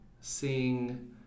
sing